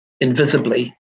invisibly